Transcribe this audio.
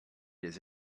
les